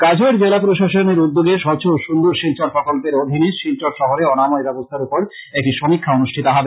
কাছাড় জেলা প্রশাসনের উদ্যোগে স্বচ্ছ ও সুন্দর শিলচর প্রকল্পের অধীনে শিলচর শহরে অনাময় ব্যবস্থার উপর একটি সমীক্ষা অনুষ্ঠিত হবে